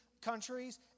countries